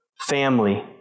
family